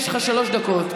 יש לך שלוש דקות.